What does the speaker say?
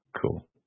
Cool